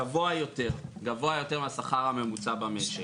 גבוה יותר מהשכר הממוצע במשק.